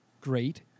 great